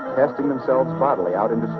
testing themselves bodily out into